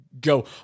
go